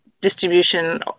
distribution